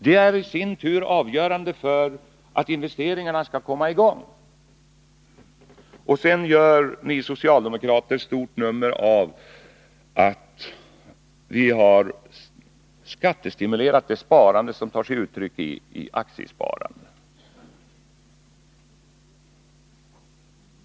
Det är i sin tur avgörande för att investeringarna skall komma i gång. Sedan gör ni socialdemokrater ett stort nummer av att vi har skattestimulerat det sparande som tar sig uttryck i aktiesparande.